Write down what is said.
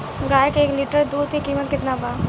गाय के एक लीटर दुध के कीमत केतना बा?